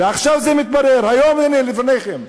ועכשיו זה מתברר היום, הנה, לפניכם,